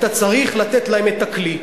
אתה צריך לתת להם את הכלי.